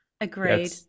Agreed